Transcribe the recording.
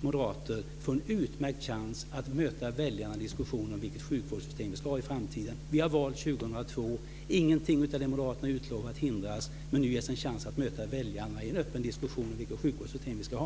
moderater får en utmärkt chans att möta väljarna i en diskussion om vilket sjukvårdssystem vi ska ha i framtiden. Vi har val år 2002. Inget av det moderaterna utlovar hindras, men nu ges en chans att möta väljarna i en öppen diskussion om vilket sjukvårdssystem vi ska ha.